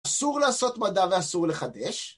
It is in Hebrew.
אסור לעשות מדע ואסור לחדש